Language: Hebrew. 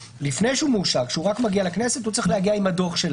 לפני שהוא מאושר כשהוא רק מגיע לכנסת - הוא צריך להגיע עם הדוח.